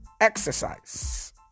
Exercise